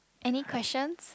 any questions